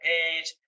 Page